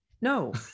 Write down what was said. no